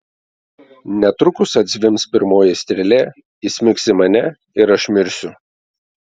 netrukus atzvimbs pirmoji strėlė įsmigs į mane ir aš mirsiu